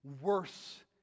worse